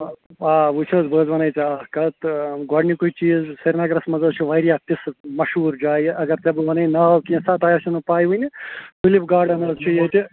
آ وُچھ حظ بہٕ حظ وَنے ژےٚ اَکھ کَتھ گۄڈٕنِکُے چیٖز سِری نٔگرس منٛز حظ چھِ واریاہ تِژھٕ مشہوٗر جایہِ اَگر ژےٚ بہٕ وَنے ناو کینٛژھا تۅہہِ آسوٕ نہٕ پےَ وُنہِ ٹُلِپ گارڈن حظ چھُ ییٚتہِ